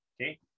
Okay